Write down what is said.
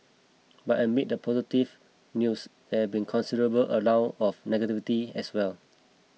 but amid the positive news there been considerable amount of negativity as well